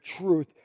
truth